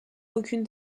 aucune